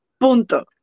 Punto